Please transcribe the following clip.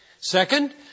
Second